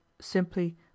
Simply